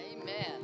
Amen